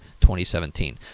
2017